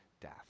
death